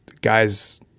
guys